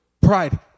pride